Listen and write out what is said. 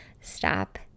Stop